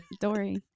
Dory